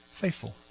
faithful